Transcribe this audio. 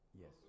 Yes